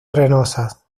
arenosas